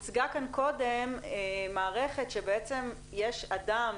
הוצגה כאן קודם מערכת שבעצם יש אדם